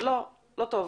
לא טוב,